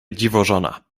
dziwożona